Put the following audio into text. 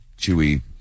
chewy